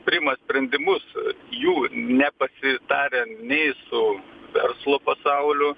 priima sprendimus jų nepasitarę nei su verslo pasauliu